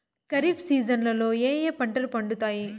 ఖరీఫ్ సీజన్లలో ఏ ఏ పంటలు పండుతాయి